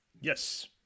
Yes